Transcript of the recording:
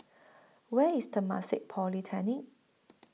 Where IS Temasek Polytechnic